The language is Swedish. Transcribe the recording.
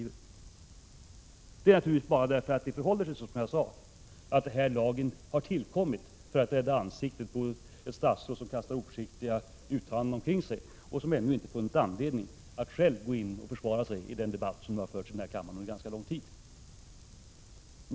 Men det beror naturligtvis bara på att det förhåller sig som jag sade, nämligen att lagen har tillkommit för att rädda ansiktet på ett statsråd som kastar oförsiktiga uttalanden omkring sig och som ännu inte funnit anledning att själv gå in och försvara sig i den debatt som nu har förts i kammaren under en ganska lång tid.